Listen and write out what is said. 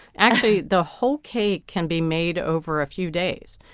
actually, the whole cake can be made over a few days.